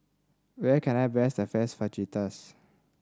where can I best the first Fajitas